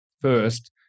first